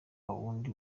wundi